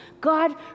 God